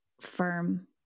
firm